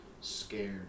scared